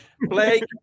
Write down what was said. Blake